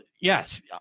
Yes